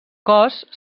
cos